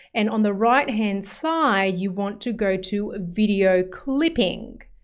and on the right-hand side you want to go to, video clipping.